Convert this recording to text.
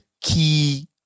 key